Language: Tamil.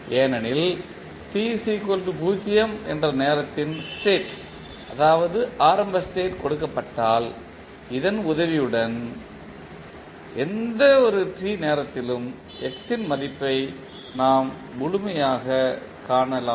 ஏனெனில் t 0 என்ற நேரத்தின் ஸ்டேட் அதாவது ஆரம்ப ஸ்டேட் கொடுக்கப்பட்டால் இதன் உதவியுடன் எந்த t நேரத்திலும் x இன் மதிப்பை நாம் முழுமையாகக் காணலாம்